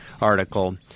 article